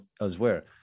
elsewhere